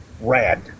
Rad